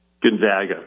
Gonzaga